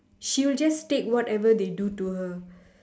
she'll just take whatever they do to her